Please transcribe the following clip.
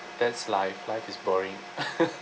that's life life is boring